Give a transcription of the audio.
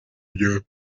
byombi